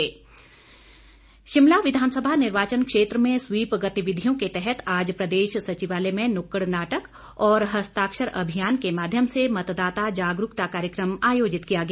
जागरूकता शिमला विधानसभा निर्वाचन क्षेत्र में स्वीप गतिविधियों के तहत आज प्रदेश सचिवालय में नुक्कड़ नाटक और हस्ताक्षर अभियान के माध्यम से मतदाता जागरूकता कार्यक्रम आयोजित किया गया